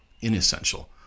inessential